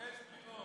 יש בחירות.